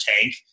tank